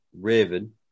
Raven